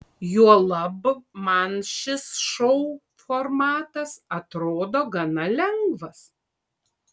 juolab man šis šou formatas atrodo gana lengvas